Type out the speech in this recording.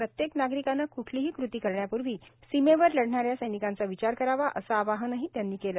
प्रत्येक नागरिकाने कुठलीही कृती करण्यापूर्वी सीमेवर लढणाऱ्या सैनिकांचा विचार करावा असे आवाहन त्यांनी केलं